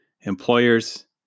employers